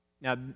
Now